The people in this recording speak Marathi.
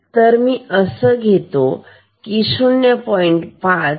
तर मी असं घेतो की 0